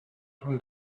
from